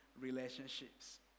relationships